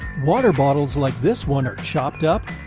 water bottles like this one are chopped up,